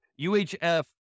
UHF